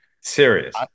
serious